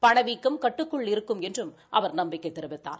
பணவீக்கம் கட்டுக்குள் இருக்கும் என்றும் அவர் நம்பிக்கை தெரிவித்தார்